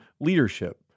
leadership